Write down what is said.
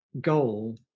goal